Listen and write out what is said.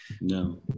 No